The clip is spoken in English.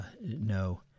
no